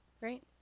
right